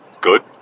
good